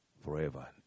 forever